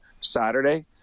Saturday